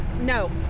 No